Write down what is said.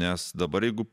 nes dabar jeigu